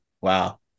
Wow